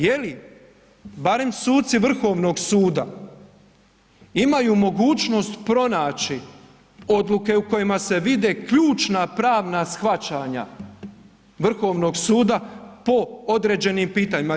Jeli barem suci Vrhovnog suda imaju mogućnost pronaći odluke u kojima se vide ključna pravna shvaćanja Vrhovnog suda po određenim pitanjima?